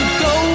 go